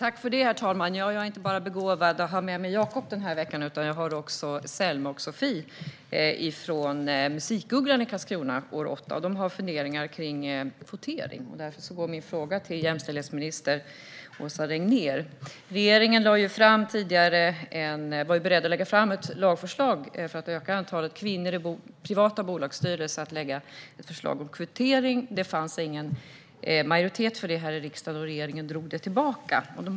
Herr talman! Jag är inte bara begåvad med att ha med Jacob den här veckan, utan jag har också Selma och Sophie från årskurs 8 på Musikugglan i Karlskrona. De har funderingar kring kvotering, och därför går min fråga till jämställdhetsminister Åsa Regnér. Regeringen var tidigare beredd att lägga fram ett lagförslag om kvotering för att öka antalet kvinnor i privata bolagsstyrelser. Det fanns ingen majoritet för detta i riksdagen, och regeringen drog tillbaka förslaget.